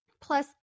Plus